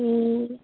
ꯎꯝ